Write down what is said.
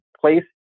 place